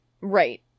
Right